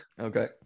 Okay